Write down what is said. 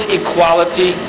equality